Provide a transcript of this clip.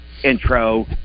Intro